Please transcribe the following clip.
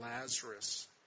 Lazarus